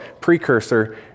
precursor